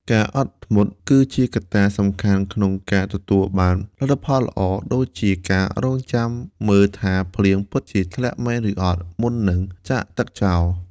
ការអត់ធ្មត់ គឺជាកត្តាសំខាន់ក្នុងការទទួលបានលទ្ធផលល្អ ដូចជាការរង់ចាំមើលថាភ្លៀងពិតជាធ្លាក់មែនឬអត់ មុននឹងចាក់ទឹកចោល។